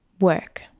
Work